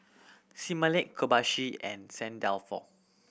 Similac Kobayashi and Saint Dalfour